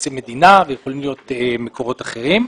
תקציב מדינה ויכולים להיות מקורות אחרים.